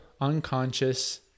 unconscious